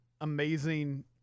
amazing